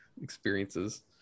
experiences